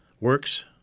works